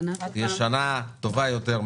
שתהיה שנה טובה יותר,